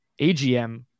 AGM